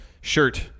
Shirt